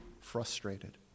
frustrated